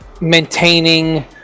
maintaining